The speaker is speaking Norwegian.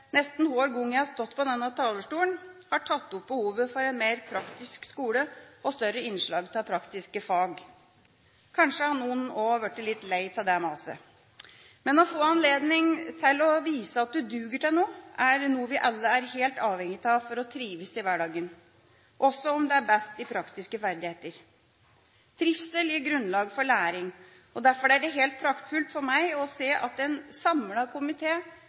nesten hver gang jeg har stått på denne talerstolen, har tatt opp behovet for en mer praktisk skole og større innslag av praktiske fag. Kanskje har noen også blitt litt lei av det maset. Men å få anledning til å vise at du duger til noe, er noe vi alle er helt avhengig av for å trives i hverdagen – også om du er best i praktiske ferdigheter. Trivsel gir grunnlag for læring. Derfor er det helt praktfullt for meg å se at en